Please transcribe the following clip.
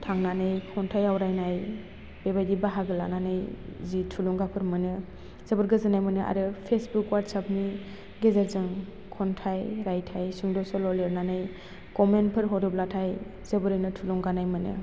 थांनानै खन्थाइ आवरायनाय बे बायदि बाहागो लानानै जि थुलुंगाफोर मोनो जोबोद गोजोन्नाय मोनो आरो फेजबुक वाटसापनि गेजेरजों खन्थाइ रायथाइ सुंद' सल' लिरनानै कमेनफोर होरोब्लाथाय जोबोरैनो थुलुंगानाय मोनो